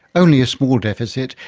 only a small deficit.